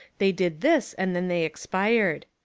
they did this, and then they expired.